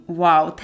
wow